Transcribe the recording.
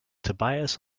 tobias